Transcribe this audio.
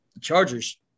Chargers